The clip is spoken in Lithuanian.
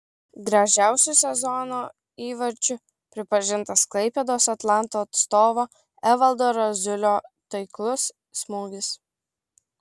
gražiausiu sezono įvarčiu pripažintas klaipėdos atlanto atstovo evaldo raziulio taiklus smūgis